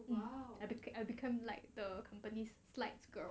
mm I beca~ I became like the company's slides girl